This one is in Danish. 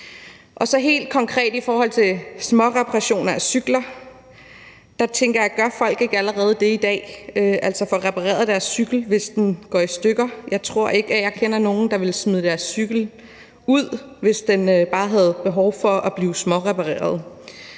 Helt konkret i forhold til småreparationer af cykler tænker jeg: Gør folk ikke allerede det i dag, altså får repareret deres cykel, hvis den går i stykker? Jeg tror ikke, jeg kender nogen, der ville smide deres cykel ud, hvis den bare havde brug for at blive smårepareret.